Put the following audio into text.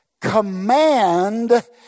Command